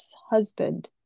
husband